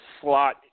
slot